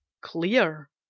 clear